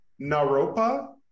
Naropa